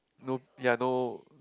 no ya no